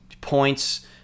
points